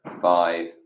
five